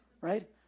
right